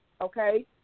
okay